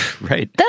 Right